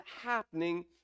happening